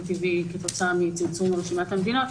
טבעי כתוצאה מצמצום רשימת המדינות,